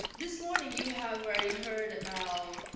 this morning you have already heard about